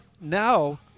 now